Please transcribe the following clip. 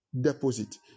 deposit